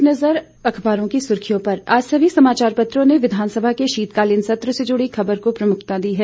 एक नजर अखवारों की सुर्खियों पर आज सभी समाचार पत्रों ने विघानसभा के शीतकालीन सत्र से जुड़ी खबर को प्रमुखता दी है